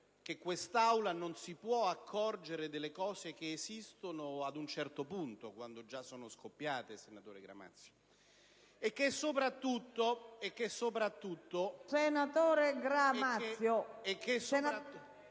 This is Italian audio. che quest'Aula non si può accorgere delle cose che esistono solo a un certo punto, quando già sono scoppiate, senatore Gramazio, e che soprattutto... GRAMAZIO *(PdL)*.